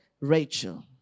Rachel